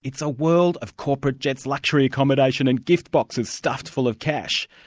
it's a world of corporate jets, luxury accommodation and gift boxes stuffed full of cash.